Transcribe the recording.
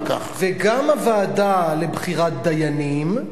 וגם הוועדה לבחירת דיינים,